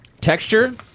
Texture